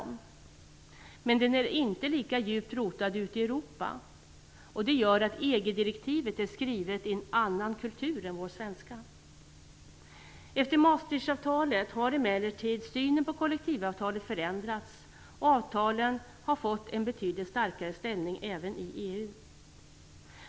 Men den är inte lika djupt rotad ute i Europa, och det gör att EG-direktivet är skrivet i en annan kultur än i vår svenska. Efter Maastrichtavtalet har emellertid synen på kollektivavtalen förändrats, och avtalen har fått en betydligt starkare ställning även inom EU.